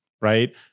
Right